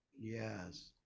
Yes